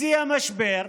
בשיא המשבר,